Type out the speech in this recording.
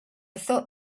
thought